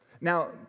Now